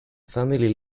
family